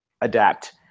adapt